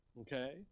Okay